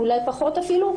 אולי פחות אפילו,